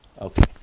Okay